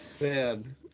Man